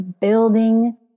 building